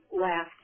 last